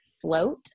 float